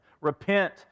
Repent